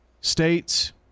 states